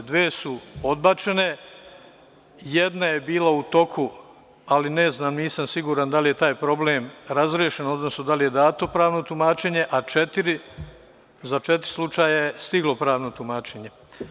Dve su odbačene, jedna je bila u toku, ali nisam siguran da li je taj problem razrešen, odnosno da li je dato pravno tumačenje, a za četiri slučaja je stiglo pravno tumačenje.